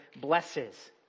blesses